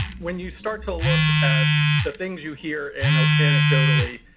when you start to look at the things you hear and ah anecdotally,